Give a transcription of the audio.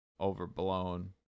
Overblown